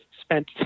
spent